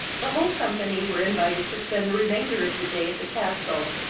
the whole company were invited to spend the remainder of the day at the castle,